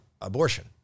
Abortion